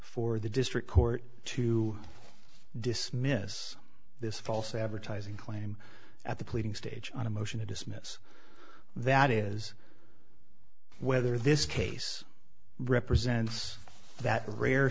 for the district court to dismiss this false advertising claim at the pleading stage on a motion to dismiss that is whether this case represents that rare